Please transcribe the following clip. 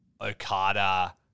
Okada